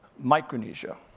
micronesia.